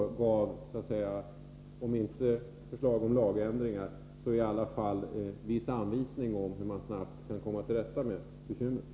Även om det inte blir några förslag till lagändringar, kan gruppen kanske ge vissa anvisningar om hur man snabbt skulle kunna komma till rätta med bekymren.